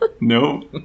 no